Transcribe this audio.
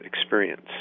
experience